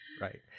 Right